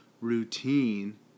routine